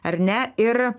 ar ne ir